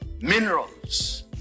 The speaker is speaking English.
minerals